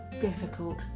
difficult